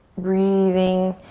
breathing.